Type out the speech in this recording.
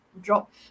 drop